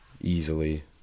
easily